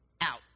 out